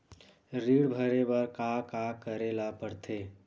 ऋण भरे बर का का करे ला परथे?